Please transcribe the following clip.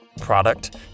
product